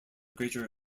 greater